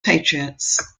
patriots